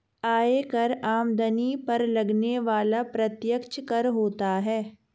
आयकर आमदनी पर लगने वाला प्रत्यक्ष कर होता है